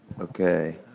Okay